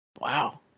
Wow